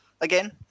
again